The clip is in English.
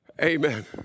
Amen